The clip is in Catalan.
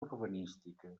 urbanística